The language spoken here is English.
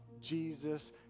Jesus